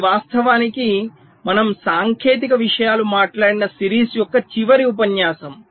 ఇది వాస్తవానికి మనము సాంకేతిక విషయాలు మాట్లాడిన సిరీస్ యొక్క చివరి ఉపన్యాసం